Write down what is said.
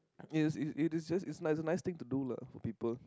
I mean it is just it's nice it's a nice thing to do lah for people